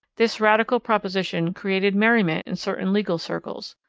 this radical proposition created merriment in certain legal circles.